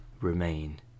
remain